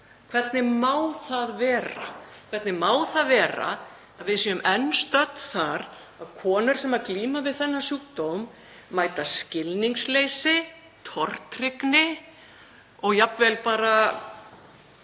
Hvernig má það vera? Hvernig má vera að við séum enn stödd þar að konur sem glíma við þennan sjúkdóm mæti skilningsleysi, tortryggni og jafnvel